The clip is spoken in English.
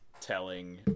telling